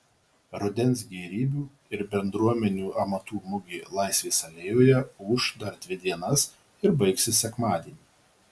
rudens gėrybių ir bendruomenių amatų mugė laisvės alėjoje ūš dar dvi dienas ir baigsis sekmadienį